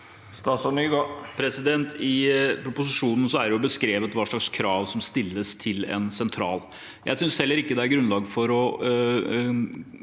I proposisjo- nen er det beskrevet hva slags krav som stilles til en sentral. Jeg synes heller ikke det er grunnlag for å